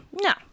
no